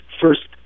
first